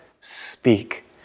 speak